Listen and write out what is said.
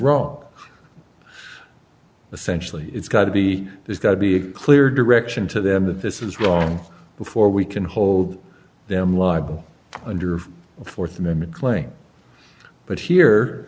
wrong essentially it's got to be there's got to be a clear direction to them that this is wrong before we can hold them liable under the th amendment claim but here